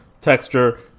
Texture